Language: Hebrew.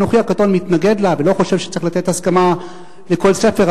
אנוכי הקטון מתנגד לה ולא חושב שצריך לתת הסכמה לכל ספר,